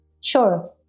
Sure